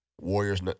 Warriors